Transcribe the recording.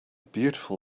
beautiful